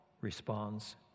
Responds